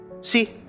See